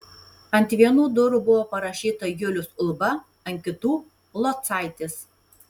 ant vienų durų buvo parašyta julius ulba ant kitų locaitis